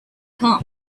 come